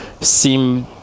seem